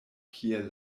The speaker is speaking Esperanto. kiel